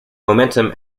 momentum